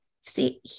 see